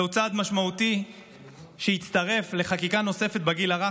זהו צעד משמעותי שהצטרף לחקיקה נוספת לגיל הרך